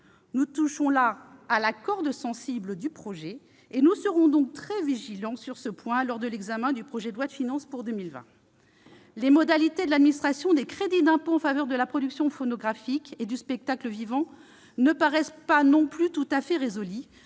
Nous touchons là la corde sensible du projet. Nous serons donc très vigilants sur ce point lors de l'examen du projet de loi de finances pour 2020. Les modalités de l'administration des crédits d'impôt en faveur de la production phonographique et du spectacle vivant ne me paraissent pas non plus tout à fait résolues,